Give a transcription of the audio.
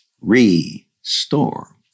restore